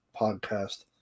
podcast